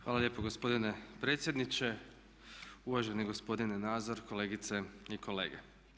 Hvala lijepo gospodine predsjedniče, uvaženi gospodine Nazor, kolegice i kolege.